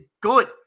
good